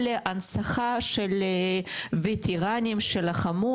או להנצחה של ווטרנים שלחמו,